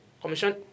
Commission